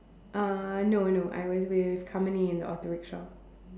uh no no I was with Harmony in the auto rickshaw